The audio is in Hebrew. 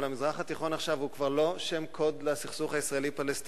אבל המזרח התיכון עכשיו הוא כבר לא שם קוד לסכסוך הישראלי-פלסטיני,